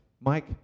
Mike